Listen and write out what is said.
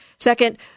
Second